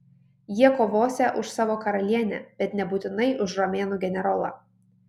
jie kovosią už savo karalienę bet nebūtinai už romėnų generolą